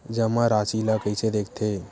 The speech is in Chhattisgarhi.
जमा राशि ला कइसे देखथे?